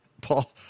Paul